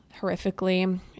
horrifically